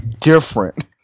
Different